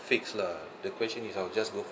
fixed lah the question is I will just go